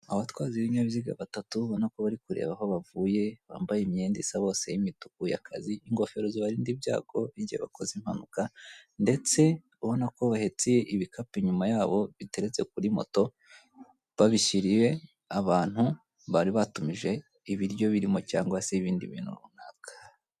Abatwazi b'ibinyabiziga batatu, ubona ko bari kureba aho bavuye bambaye imyenda isa bose y'imituku y'akazi, ingofero zibarinda ibyago igihe bakoze impanuka, ndetse ubona ko bahetse ibikapu inyuma yabo bitereste kuri moto, babishyiriye abantu bari batumije ibiryo birimo cyangwa se ibindi bintu runaka.